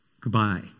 goodbye